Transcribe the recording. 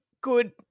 good